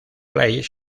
place